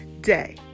day